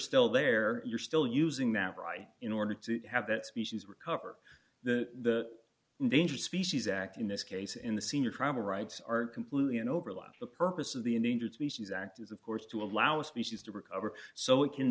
still there you're still using that right in order to have that species recover the endangered species act in this case in the senior travel rights are completely and overlap the purpose of the endangered species act is of course to allow a species to recover so it can